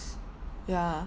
ya